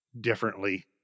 differently